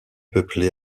peuplée